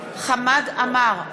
חמד עמאר,